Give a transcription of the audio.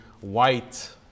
white